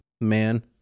man